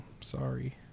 Sorry